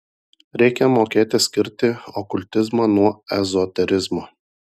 reikia mokėti skirti okultizmą nuo ezoterizmo